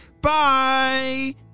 Bye